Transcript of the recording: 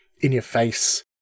in-your-face